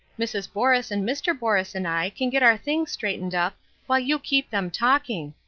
mrs. borus and mr. borus and i can get our things straightened up while you keep them talking.